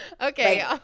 okay